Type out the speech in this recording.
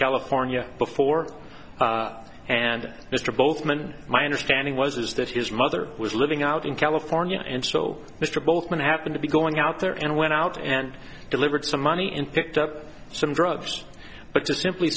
california before and mr both men my understanding was is that his mother was living out in california and so mr both didn't happen to be going out there and went out and delivered some money in picked up some drugs but to simply